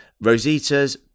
Rosita's